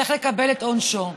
צריך לקבל את עונשו.